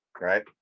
right